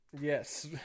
Yes